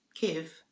give